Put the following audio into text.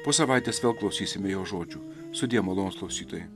po savaitės vėl klausysime jo žodžių sudie malonūs klausytojai